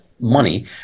money